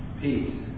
peace